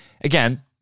Again